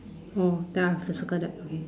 orh then I have to circle that okay